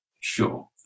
Sure